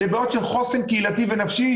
לבעיות של חוסן קהילתי ונפשי.